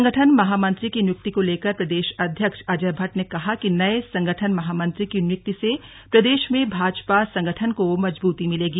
संगठन महामंत्री की नियुक्ति को लेकर प्रदेश अध्य्क्ष अजय भट्ट ने कहा कि नए संगठन महामंत्री की नियुक्ति से प्रदेश में भाजपा संगठन को मजबूती मिलेगी